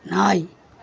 நாய்